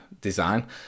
design